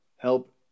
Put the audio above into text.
help